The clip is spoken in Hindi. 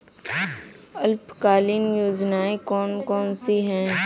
अल्पकालीन योजनाएं कौन कौन सी हैं?